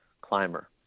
climber